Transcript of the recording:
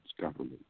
government